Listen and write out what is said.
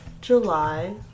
July